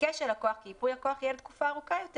ביקש הלקוח כי ייפוי הכוח יהיה לתקופה ארוכה יותר